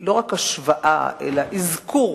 לא רק כל השוואה אלא אזכור